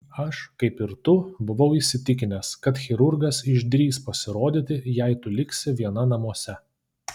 aš kaip ir tu buvau įsitikinęs kad chirurgas išdrįs pasirodyti jei tu liksi viena namuose